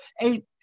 eight